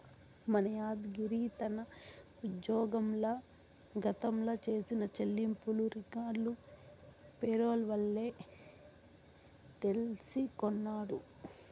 మన యాద్గిరి తన ఉజ్జోగంల గతంల చేసిన చెల్లింపులు రికార్డులు పేరోల్ వల్లే తెల్సికొన్నాడు